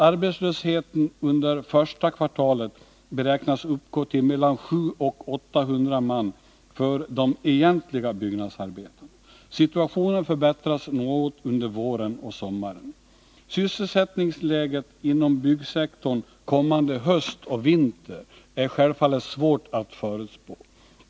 Arbetslösheten under första kvartalet beräknas uppgå till mellan 700 och 800 man beträffande de egentliga byggnadsarbetarna. Situationen förbättras något under våren och sommaren. Sysselsättningsläget inom byggsektorn kommande höst och vinter är självfallet svårt att förutspå.